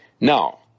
Now